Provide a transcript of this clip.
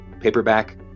paperback